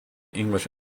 english